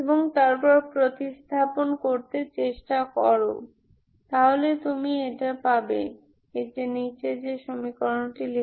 এবং তারপর প্রতিস্থাপন করতে চেষ্টা করো তাহলে তুমি পাবে 2AxJn x Anxn2n 1n